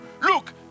Look